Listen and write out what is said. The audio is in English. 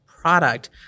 product